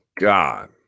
god